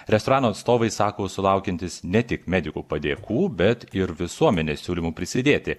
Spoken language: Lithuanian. restorano atstovai sako sulaukiantys ne tik medikų padėkų bet ir visuomenės siūlymų prisidėti